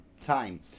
time